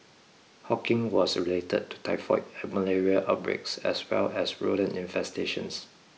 hawking was related to typhoid and malaria outbreaks as well as rodent infestations